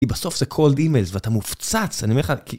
כי בסוף זה Cold Emails ואתה מופצץ, אני אומר לך...